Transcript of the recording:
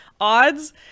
odds